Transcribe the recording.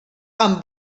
amb